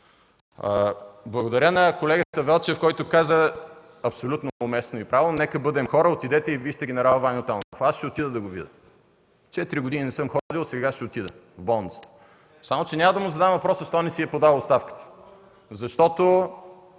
Благодаря на колегата Велчев, който каза, абсолютно уместно и правилно: „Нека бъдем хора, отидете и вижте ген. Ваньо Танов.” Аз ще отида да го видя. Четири години не съм ходил, сега ще отида в болницата. Само че няма да му задам въпроса защо не си е подал оставката, защото